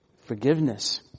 forgiveness